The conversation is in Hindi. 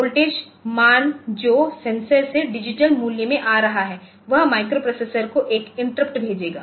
वोल्टेज मान जो सेंसर से डिजिटल मूल्य में आ रहा है वह माइक्रोप्रोसेसर को एक इंटरप्ट भेजेगा